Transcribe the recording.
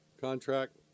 contract